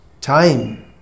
time